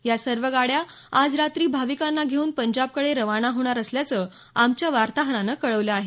या सर्व गाड्या आज रात्री भाविकांना घेऊन पंजाबकडे रवाना होणार असल्याचं आमच्या वार्ताहरानं कळवलं आहे